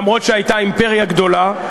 למרות שהייתה אימפריה גדולה,